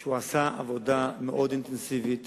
שהוא עשה עבודה מאוד אינטנסיבית,